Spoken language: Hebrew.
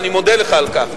ואני מודה לך על כך.